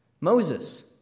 Moses